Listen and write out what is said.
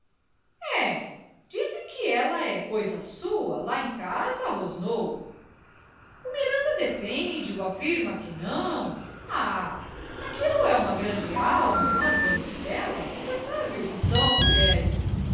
é dizem que ela é coisa sua lá em casa rosnou o miranda defende o afirma que não ah aquilo é uma grande alma mas dona estela você sabe o que são as mulheres